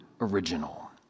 original